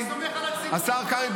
אני סומך על הציבור --- השר קרעי,